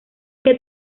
que